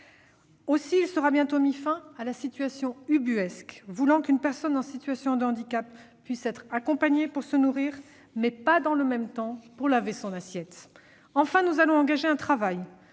Aussi, il sera bientôt mis fin à la situation ubuesque selon laquelle une personne en situation de handicap peut être accompagnée pour se nourrir, mais, dans le même temps, pas pour laver sa vaisselle. Enfin, nous allons engager un travail